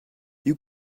you